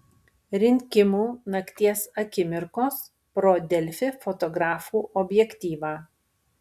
rinkimų nakties akimirkos pro delfi fotografų objektyvą